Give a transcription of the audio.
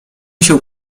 się